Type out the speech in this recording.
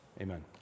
Amen